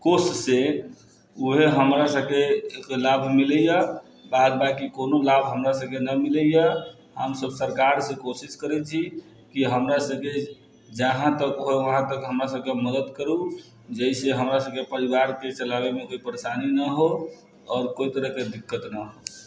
कोषसँ वएह हमरासबके एक लाभ मिलैए बाद बाकी कोनो लाभ हमरासबके नहि मिलैए हमसब सरकारसँ कोशिश करै छी कि हमरासबके जहाँतक होइ वहाँतक हमरासबके मदद करू जाहिसँ हमरासबके परिवारके चलाबैमे कोइ परेशानी नहि हो आओर कोइ तरहके दिक्कत नहि हो